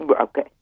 Okay